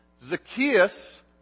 Zacchaeus